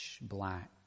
black